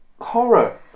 horror